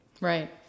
Right